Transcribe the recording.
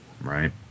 Right